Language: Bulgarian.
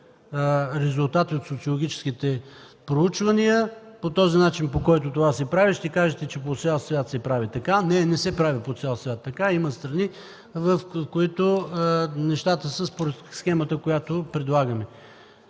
резултати от социологическите проучвания по този начин, по който се прави. Ще кажете, че по цял свят се прави така. Не, не се прави по цял свят така. Има страни, в които нещата са според схемата, която предлагаме.